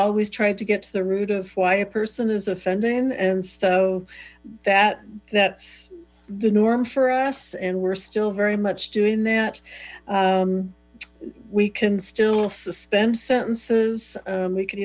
always tried to get to the root of why a person is offending and so that that's the norm for us and we're still very much doing that we can still suspend sentences we can